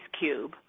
cube